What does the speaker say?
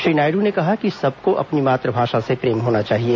श्री नायड ने कहा कि सबको अपनी मातृभाषा से प्रेम होना चाहिए